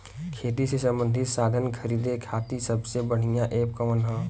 खेती से सबंधित साधन खरीदे खाती सबसे बढ़ियां एप कवन ह?